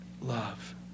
love